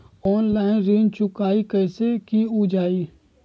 Online ऋण चुकाई कईसे की ञाई?